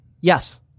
yes